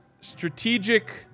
strategic